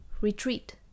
retreat